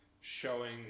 showing